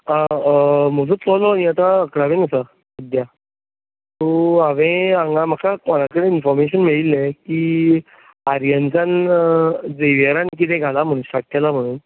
आं म्हजो चलो न्ही आतां इकरावेंत आसा सद्याक सो हांवेन हांगा म्हाका कोणा कडेन इनफोर्मेशन मेळिल्लें की आर्यनसान झेवियरान कितें घाला म्हणून स्टार्ट केलां म्हणून